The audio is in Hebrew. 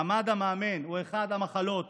מעמד המאמן הוא אחת המחלות